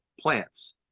plants